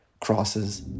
crosses